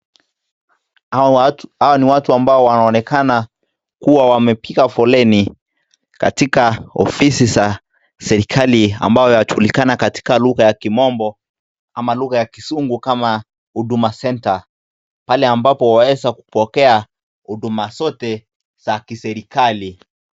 Hawa ni watu wanaonekana kuwa wamepika foleni katika ofisi za serekali, ambayo inajulikana katika lugha ya kimombo ama lugha ya kizungu kama huduma center pale ambapo unaweza kupokea huduma zote za kiserekali.